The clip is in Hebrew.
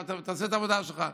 תעשה את העבודה שלך.